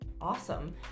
awesome